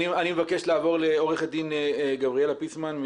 אני מבקש לעבור לעורכת דין גבריאלה פיסמן,